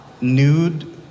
nude